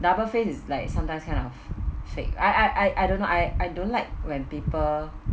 double face is like sometimes kind of fake I I I don't know I I don't like when people